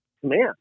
command